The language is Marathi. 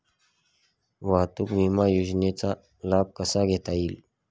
वाहतूक विमा योजनेचा लाभ कसा घेता येईल?